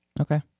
Okay